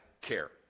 care